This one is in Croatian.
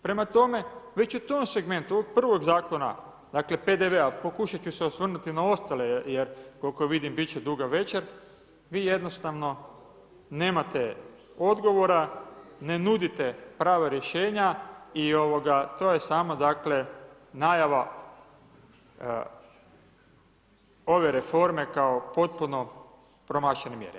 Prema tome, već u tom segmentu ovog prvog zakona PDV-a pokušati ću se osvrnuti na ostale, jer koliko vidim, biti će duga večer, vi jednostavno nemate odgovora, ne nudite prava rješenja i to je samo najava ove reforme kao potpuno promašene mjere.